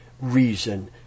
reason